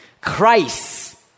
Christ